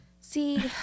See